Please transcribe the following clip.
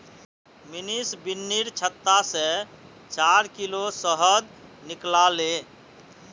मनीष बिर्निर छत्ता से चार किलो शहद निकलाले